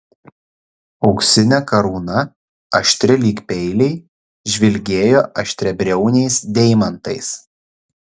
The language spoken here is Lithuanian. auksinė karūna aštri lyg peiliai žvilgėjo aštriabriauniais deimantais